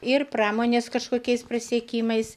ir pramonės kažkokiais pasiekimais